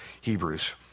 Hebrews